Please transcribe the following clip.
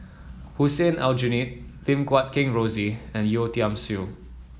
Hussein Aljunied Lim Guat Kheng Rosie and Yeo Tiam Siew